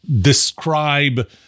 describe